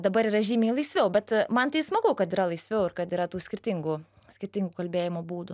dabar yra žymiai laisviau bet man tai smagu kad yra laisviau ir kad yra tų skirtingų skirtingų kalbėjimo būdų